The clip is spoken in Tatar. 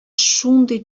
шундый